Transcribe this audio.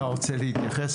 אתה רוצה להתייחס,